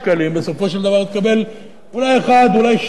בסופו של דבר תקבל אולי אחד אולי שניים,